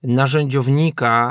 narzędziownika